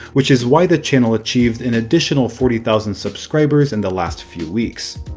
which is why the channel achieved an additional forty thousand subscribers in the last few weeks.